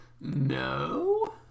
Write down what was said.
No